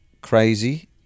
crazy